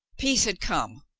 peace had come,